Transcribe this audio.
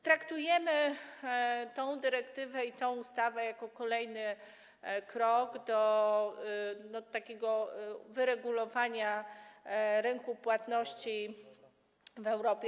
Traktujemy tę dyrektywę i ustawę jako kolejny krok do takiego wyregulowania rynku płatności w Europie.